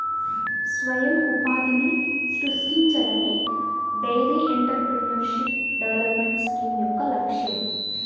స్వయం ఉపాధిని సృష్టించడమే డెయిరీ ఎంటర్ప్రెన్యూర్షిప్ డెవలప్మెంట్ స్కీమ్ యొక్క లక్ష్యం